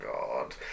God